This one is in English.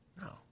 No